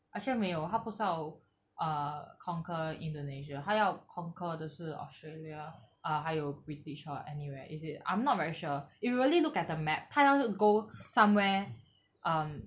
actually 没有他不是要 uh conquer indonesia 他要 conquer 的是 australia uh 还有 british or anywhere is it I'm not very sure if you really look at a map 他要 go somewhere um